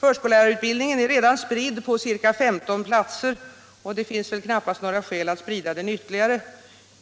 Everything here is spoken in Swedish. Förskollärarutbildningen är redan spridd på ca 15 platser, och det finns knappast skäl att sprida den ytterligare.